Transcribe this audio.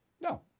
No